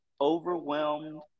overwhelmed